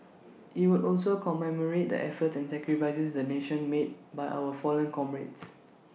IT will also commemorate the efforts and sacrifices the nation made by our fallen comrades